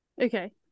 Okay